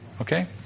Okay